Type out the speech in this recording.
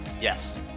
Yes